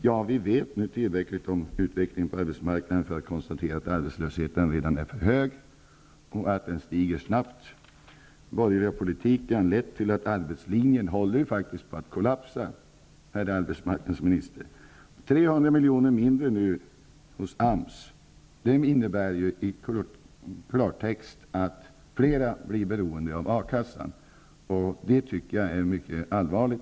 Ja, vi vet nu tillräck ligt om utvecklingen på arbetsmarknaden för att kunna konstatera att arbetslösheten redan är för hög och att den stiger snabbt. Den borgerliga poli tiken har lett till att arbetslinjen håller på att kol lapsa, herr arbetsmarknadsminister. 300 milj.kr. mindre för AMS innebär i klartext att flera kommer att bli beroende av A-kassan. Jag tycker att det är mycket allvarligt.